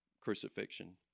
crucifixion